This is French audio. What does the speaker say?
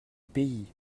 pays